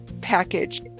package